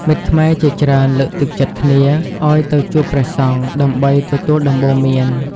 មិត្តខ្មែរជាច្រើនលើកទឹកចិត្តគ្នាឲ្យទៅជួបព្រះសង្ឃ ដើម្បីទទួលដំបូន្មាន។